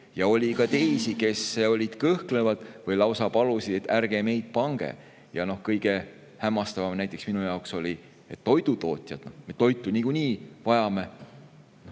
ja oli teisi, kes olid kõhklevad või lausa palusid, et ärge meile pange. Kõige hämmastavam oli minu jaoks see, et toidutootjad – toitu me niikuinii vajame